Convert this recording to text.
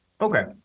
Okay